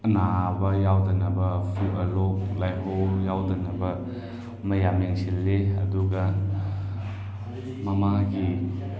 ꯅꯥꯕ ꯌꯥꯎꯗꯅꯕ ꯂꯣꯛ ꯂꯥꯏꯍꯧ ꯌꯥꯎꯗꯅꯕ ꯃꯌꯥꯝ ꯌꯦꯡꯁꯤꯜꯂꯤ ꯑꯗꯨꯒ ꯃꯃꯥꯒꯤ